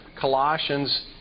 Colossians